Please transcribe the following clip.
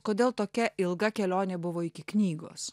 kodėl tokia ilga kelionė buvo iki knygos